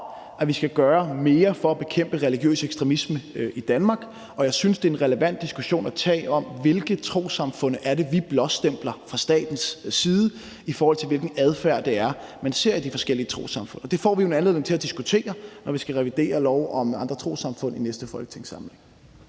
at vi skal gøre mere for at bekæmpe religiøs ekstremisme i Danmark, og jeg synes, det er en relevant diskussion at tage, hvilke trossamfund det er, vi blåstempler fra statens side, i forhold til hvilken adfærd man ser i de forskellige trossamfund. Og det får vi jo en anledning til at diskutere, når vi skal revidere loven om andre trossamfund i næste folketingssamling.